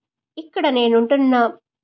ఇక్కడ నేనుంటున్న